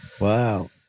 Wow